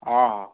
ଓହ